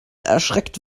erschreckt